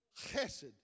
chesed